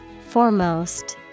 Foremost